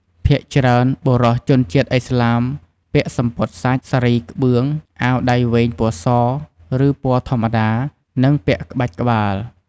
ភាគច្រើន បុរសជនជាតិឥស្លាមពាក់សំពត់សាច់ សារីក្បឿង អាវដៃវែងពណ៌ស ឬ ពណ៌ធម្មតា និងពាក់ក្បាច់ក្បាល។